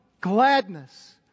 gladness